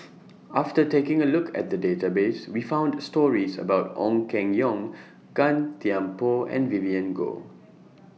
after taking A Look At The Database We found stories about Ong Keng Yong Gan Thiam Poh and Vivien Goh